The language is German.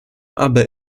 aber